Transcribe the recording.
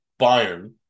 Bayern